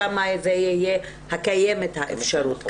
ואילו במקרים אחרים קיימת האפשרות,